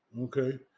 Okay